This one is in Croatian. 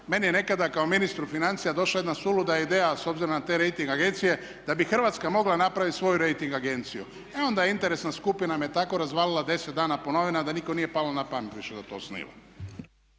meni je nekada kao ministru financija došla jedna suluda ideja s obzirom na te rejting agencije da bi Hrvatska mogla napraviti svoju rejting agenciju. E onda je interesna skupina me tako razvalila deset dana po novinama da nikom nije palo na pamet više da to osniva.